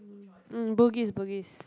um bugis bugis